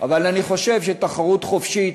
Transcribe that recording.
אבל אני חושב שתחרות חופשית,